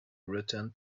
return